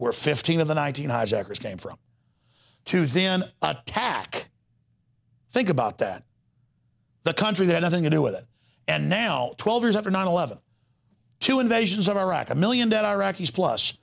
where fifteen of the nineteen hijackers came from to then attack think about that the country the nothing to do with it and now twelve years after nine eleven to invasions of iraq a million dead iraqis plus